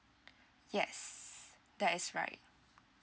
yes that is right